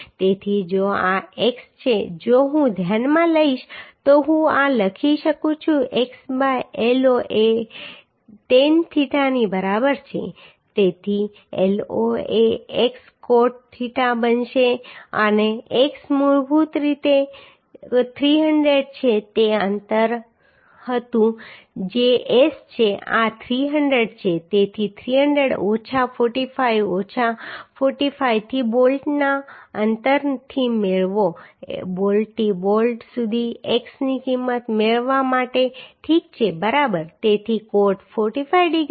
તેથી જો આ x છે જો હું ધ્યાનમાં લઈશ તો હું લખી શકું છું x બાય L0 એ 10 થીટાની બરાબર છે તેથી L0 એ x કોટ થીટા બનશે અને x મૂળભૂત રીતે 300 છે તે અંતર હતું જે S છે આ 300 છે તેથી 300 ઓછા 45 ઓછા 45 થી બોલ્ટના અંતરથી મેળવો બોલ્ટથી બોલ્ટ સુધી x ની કિંમત મેળવવા માટે ઠીક છે બરાબર તેથી કોટ 45 ડિગ્રીમાં